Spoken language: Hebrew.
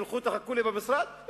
תלכו תחכו לי במשרד?